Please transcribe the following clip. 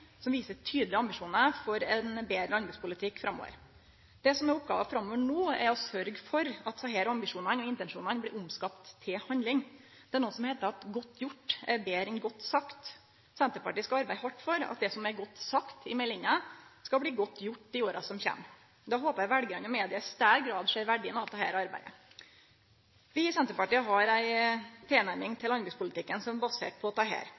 som viser tydelege ambisjonar for ein betre landbrukspolitikk framover. Det som er oppgåva framover no, er å sørgje for at desse ambisjonane og intensjonane blir omskapte til handling. Det er noko som heiter at godt gjort er betre enn godt sagt. Senterpartiet skal arbeide hardt for at det som er godt sagt i meldinga, skal bli godt gjort i åra som kjem. Då håpar eg at veljarane og media i større grad ser verdien av dette arbeidet. Vi i Senterpartiet har ei tilnærming til landbrukspolitikken som er basert på